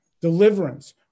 deliverance